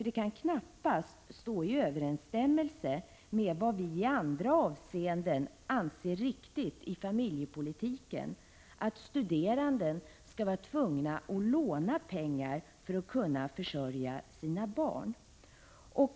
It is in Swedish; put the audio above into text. Det kan knappast stå i överensstämmelse med vad vi i andra avseenden anser riktigt i familjepolitiken att studerande skall vara tvungna att låna pengar för att kunna försörja sina barn.